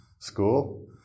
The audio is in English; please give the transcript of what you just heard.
school